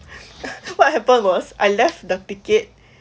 what happened last I left the ticket